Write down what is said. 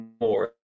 more